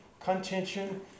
contention